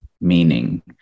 meaning